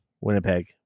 Winnipeg